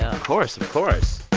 ah of course. of course